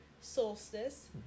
solstice